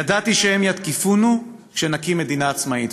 ידעתי שהם יתקיפונו כשנקים מדינה" עצמאית.